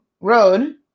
Road